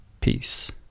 Peace